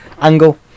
angle